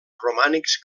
romànics